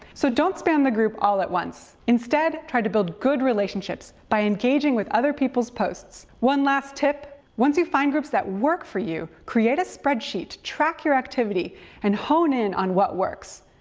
so, don't spam the group all at once. instead, try to build good relationships by engaging with other people's posts. one last tip. once you find groups that work for you, create a spreadsheet to track your activity and hone in on what works.